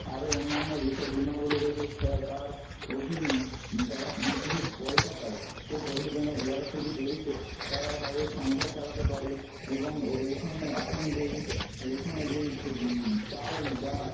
আরো অন্যান্য যেসব বীমাগুলো রয়েছে তার অধীনে তারা কিছু পয়সা পায় সেই পয়সার জন্য যারা খুবই দরিদ্র তারা তাদের সংসার চালাতে পারে এবং রেশনে এখন যে রেশনে যেই চাল ডাল